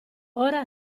ora